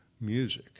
music